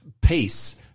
peace